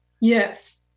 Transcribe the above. Yes